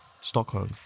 Stockholm